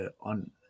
on